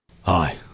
Hi